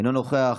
אינו נוכח,